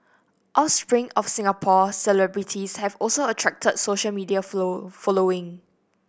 offspring of Singapore celebrities have also attracted social media follow following